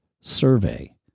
survey